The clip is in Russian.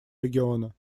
региона